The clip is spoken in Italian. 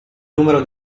numero